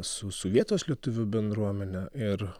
su su vietos lietuvių bendruomene ir